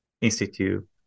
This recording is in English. institute